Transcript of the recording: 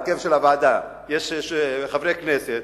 הרכב של הוועדה: יש חברי כנסת,